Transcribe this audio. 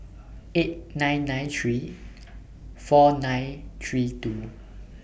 eight nine nine three four nine three two